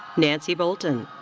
nancy bolton.